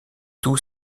tout